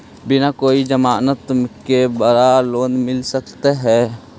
बिना कोई जमानत के बड़ा लोन मिल सकता है?